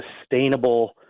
sustainable